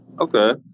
Okay